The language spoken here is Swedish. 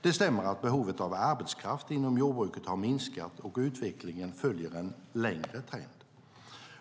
Det stämmer att behovet av arbetskraft inom jordbruket har minskat, och utvecklingen följer en längre trend.